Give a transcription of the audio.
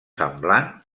semblant